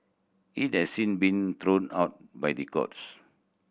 it has sin been thrown out by the courts